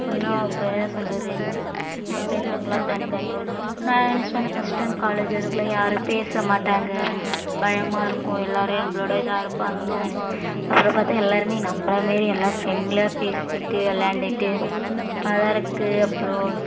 இன்னும் அப்புறம் என்ன சொல்கிறது என் ஃப்ரெண்டுங்கள்லாம் தனித்தனி ஊருக்கு நான் நினச்சிட்டு வந்தேன் ஃபஸ்ட் டைம் காலேஜ் வரக்குள்ளே யாரும் பேச மாட்டாங்க பயமாக இருக்கும் எல்லாரும் நம்மளோட இதா இருப்பாங்களோன்னு நினச் அப்புறம் பார்த்தா எல்லாரும் நம்மள மாரி எல்லா ஃப்ரெண்ட்லியாக பேசிகிட்டு விளாண்டுட்டு அதலாம் இருக்குது அப்புறம்